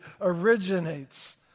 originates